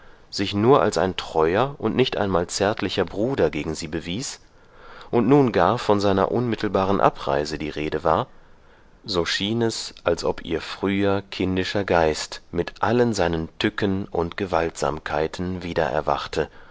sich nur als ein treuer und nicht einmal zärtlicher bruder gegen sie bewies und nun gar von seiner unmittelbaren abreise die rede war so schien es als ob ihr früher kindischer geist mit allen seinen tücken und gewaltsamkeiten wiedererwachte